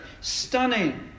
Stunning